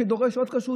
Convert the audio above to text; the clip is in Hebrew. שדורש עוד כשרות.